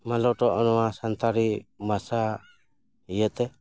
ᱢᱟᱞᱚᱴᱚᱜᱼᱟ ᱱᱚᱣᱟ ᱥᱟᱱᱛᱟᱲᱤ ᱵᱷᱟᱥᱟ ᱤᱭᱟᱹᱛᱮ